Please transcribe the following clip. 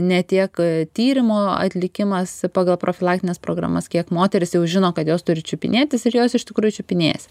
ne tiek tyrimų atlikimas pagal profilaktines programas kiek moterys jau žino kad jos turi čiupinėtis ir jos iš tikrųjų čiupinėjasi